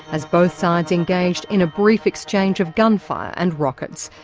as both sides engaged in a brief exchange of gunfire and rockets.